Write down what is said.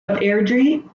airdrie